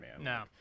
No